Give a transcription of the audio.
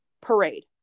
parade